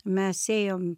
mes ėjom